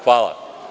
Hvala.